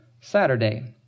Saturday